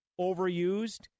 overused